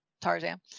Tarzan